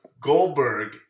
Goldberg